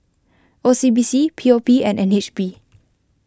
O C B C P O P and N H B